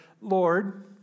Lord